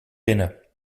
binnen